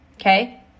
Okay